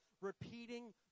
repeating